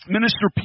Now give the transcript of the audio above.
Minister